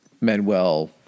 Manuel